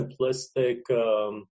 simplistic